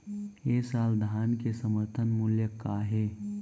ए साल धान के समर्थन मूल्य का हे?